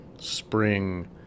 spring